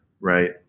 right